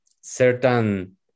certain